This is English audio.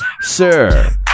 Sir